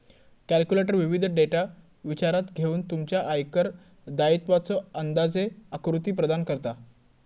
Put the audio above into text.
calculator विविध data विचारात घेऊन तुमच्या आयकर दायित्वाचो अंदाजे आकृती प्रदान करता